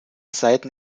seiten